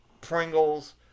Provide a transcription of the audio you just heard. Pringles